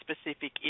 specific